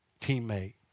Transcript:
teammate